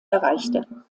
erreichte